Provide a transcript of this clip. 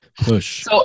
push